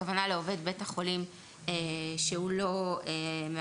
הכוונה לעובד בית החולים שהוא לא מאבטח.